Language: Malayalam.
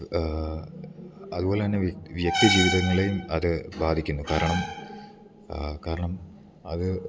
ഇത് അതുപോലെ തന്നെ വ്യക്തിജീവിതങ്ങളെയും അത് ബാധിക്കുന്നു കാരണം കാരണം അത്